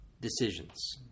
decisions